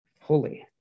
holy